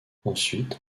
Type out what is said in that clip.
ensuite